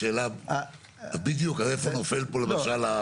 השאלה, בדיוק, אז איפה נופל פה למשל?